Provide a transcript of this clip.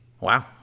Wow